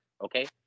Okay